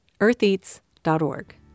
eartheats.org